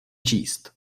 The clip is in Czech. číst